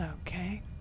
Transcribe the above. Okay